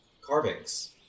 carvings